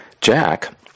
Jack